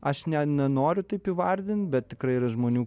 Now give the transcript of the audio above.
aš ne nenoriu taip įvardint bet tikrai yra žmonių